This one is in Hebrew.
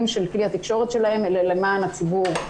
של כלי התקשורת שלהם אלא למען הציבור.